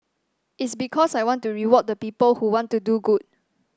it's because I want to reward the people who want to do good